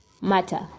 matter